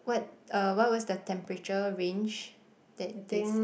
what uh what was the temperature range that they said